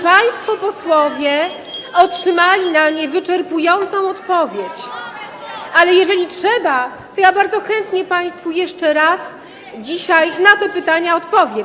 Państwo posłowie [[Gwar na sali, dzwonek]] otrzymali na nie wyczerpującą odpowiedź, ale jeżeli trzeba, to ja bardzo chętnie państwu jeszcze raz dzisiaj na te pytania odpowiem.